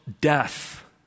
death